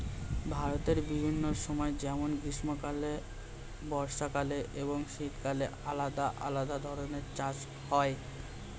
ভারতের বিভিন্ন সময় যেমন গ্রীষ্মকালে, বর্ষাকালে এবং শীতকালে আলাদা আলাদা ধরনের চাষ হয়